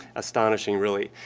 astonishing, really.